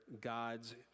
God's